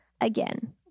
Again